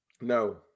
No